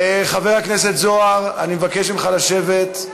חבר הכנסת זוהר, אני מבקש ממך לשבת.